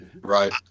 Right